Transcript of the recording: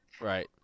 Right